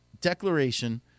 declaration